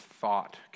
thought